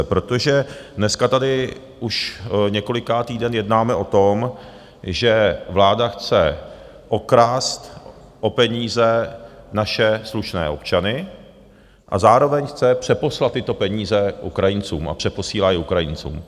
Protože dneska tady už několikátý den jednáme o tom, že vláda chce okrást o peníze naše slušné občany a zároveň chce přeposlat tyto peníze Ukrajincům a přeposílá i Ukrajincům.